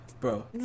Bro